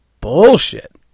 bullshit